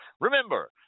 Remember